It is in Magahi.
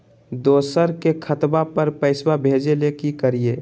दोसर के खतवा पर पैसवा भेजे ले कि करिए?